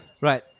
Right